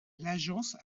l’agence